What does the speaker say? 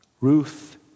Ruth